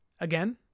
Again